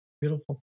beautiful